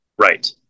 right